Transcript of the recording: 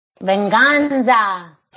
Venganza